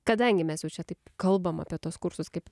kadangi mes jau čia taip kalbam apie tuos kursus kaip